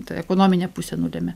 ta ekonominė pusė nulemia